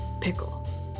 pickles